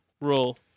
roll